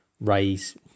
raise